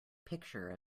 picture